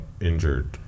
injured